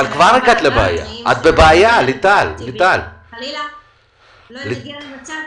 את בבעיה כבר עכשיו,